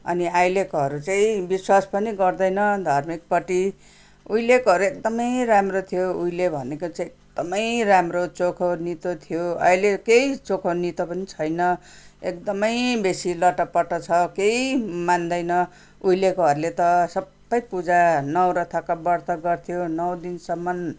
अनि अहिलेकोहरू चाहिँ विश्वास पनि गर्दैन धार्मिकपट्टि उहिलेकोहरू एकदमै राम्रो थियो उहिले भनेको चाहिँ एकदमै राम्रो चोखोनितो थियो अहिले केही चोखोनितो पनि छैन एकदमै बेसी लटपट छ केही मान्दैन उहिलेकोहरूले त सबै पूजा नौराथाको व्रत गर्थ्यो नौ दिनसम्म